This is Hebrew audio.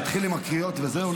אני אתחיל עם הקריאות וזהו.